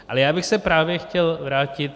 Ale já bych se právě chtěl vrátit...